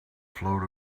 float